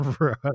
Right